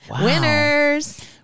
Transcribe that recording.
Winners